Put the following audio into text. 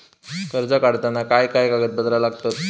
कर्ज काढताना काय काय कागदपत्रा लागतत?